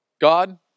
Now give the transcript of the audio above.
God